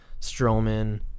Strowman